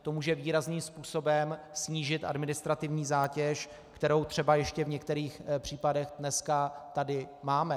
To může výrazným způsobem snížit administrativní zátěž, kterou třeba ještě v některých případech dneska tady máme.